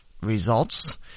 results